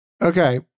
Okay